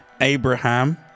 Abraham